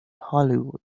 hollywood